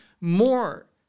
more